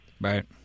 Right